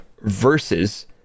versus